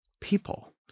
people